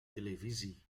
televisie